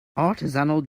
artisanal